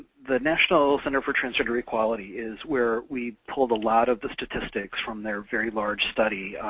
the national center for transgender equality is where we pulled a lot of the statistics from their very large study,